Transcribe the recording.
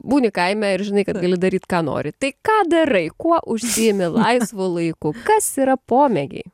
būni kaime ir žinai kad gali daryt ką nori tai ką darai kuo užsiimi laisvu laiku kas yra pomėgiai